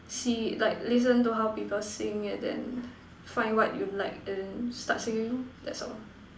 see like listen to how people sing and then find what you like and then start singing lor that's all